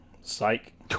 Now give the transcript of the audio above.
Psych